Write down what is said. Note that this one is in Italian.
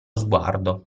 sguardo